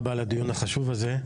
קיום הדיון החשוב הזה.